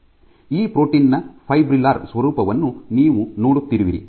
ಈ ಪ್ರೋಟೀನ್ ನ ಫೈಬ್ರಿಲ್ಲರ್ ಸ್ವರೂಪವನ್ನು ನೀವು ನೋಡುತ್ತಿರುವಿರಿ